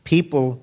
People